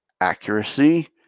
accuracy